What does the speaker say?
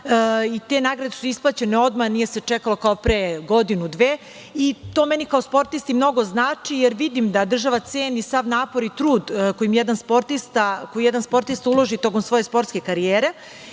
Te nagrade su isplaćene odmah, nije se čekalo kao pre godinu do dve. To meni kao sportisti mnogo znači, jer vidim da država ceni sav napor i trud koji jedan sportista uloži tokom svoje sportske karijere. Inače,